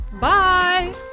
bye